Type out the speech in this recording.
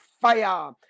fire